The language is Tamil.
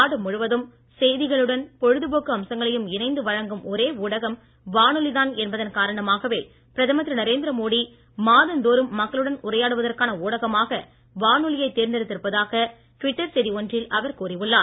நாடு முழுவதும் செய்திகளுடன் பொழுதுபோக்கு அம்சங்களையும் இணைந்து வழங்கும் ஒரே ஊடகம் வானொலிதான் என்பதன் காரணமாகவே பிரதமர் திரு நரேந்திர மோடி மாதந்தோறும் மக்களுடன் தேர்ந்தெடுத்து இருப்பதாக டுவிட்டர் செய்தி ஒன்றில் அவர் கூறியுள்ளார்